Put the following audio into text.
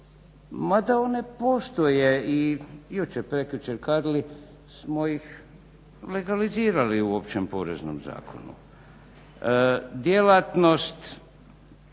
mada one postoje i jučer, prekjučer kadli smo ih legalizirali u Općem poreznom zakonu.